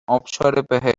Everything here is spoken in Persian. آبشار